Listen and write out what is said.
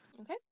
Okay